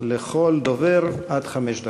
לכל דובר עד חמש דקות.